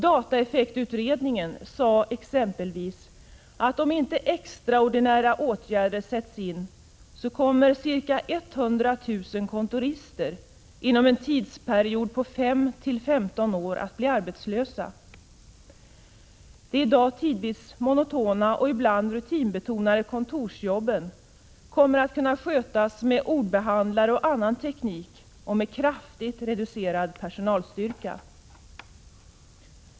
Dataeffektutredningen sade exempelvis att om inte extraordinära åtgärder sätts in kommer ca 100 000 kontorister inom en tidsperiod på 5—15 år att bli arbetslösa. De i dag tidsvis monotona och ibland rutinbetonade kontorsjobben kommer att kunna skötas med ordbehandlare och annan teknik och med kraftigt reducerad personalstyrka.